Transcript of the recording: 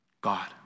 God